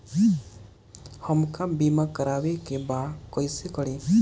हमका बीमा करावे के बा कईसे करी?